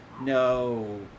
No